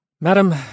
Madam